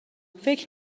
فکر